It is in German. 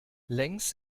längs